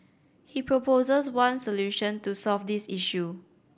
he proposes one solution to solve this issue